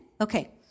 Okay